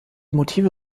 motive